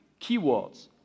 keywords